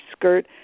skirt